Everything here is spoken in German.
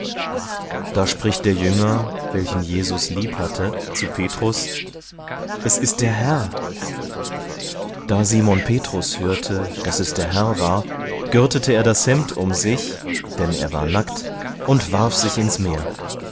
da spricht der jünger welchen jesus liebhatte zu petrus es ist der herr da simon petrus hörte daß es der herr war gürtete er das hemd um sich denn er war nackt und warf sich ins meer